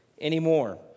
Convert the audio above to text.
anymore